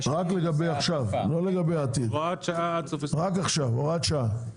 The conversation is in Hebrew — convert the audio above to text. רק לגבי עכשיו לא לגבי העתיד, רק עכשיו הוראת שעה.